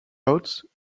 out